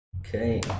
Okay